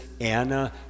Anna